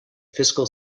fiscal